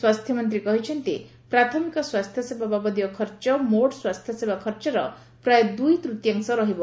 ସ୍ୱାସ୍ଥ୍ୟମନ୍ତ୍ରୀ କହିଛନ୍ତି ପ୍ରାଥମିକ ସ୍ୱାସ୍ଥ୍ୟସେବା ବାବଦୀୟ ଖର୍ଚ୍ଚ ମୋଟ୍ ସ୍ୱାସ୍ଥ୍ୟସେବା ଖର୍ଚ୍ଚର ପ୍ରାୟ ଦୁଇତୃତୀୟାଂଶ ରହିବ